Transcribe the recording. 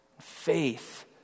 faith